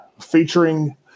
featuring